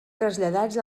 traslladats